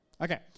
Okay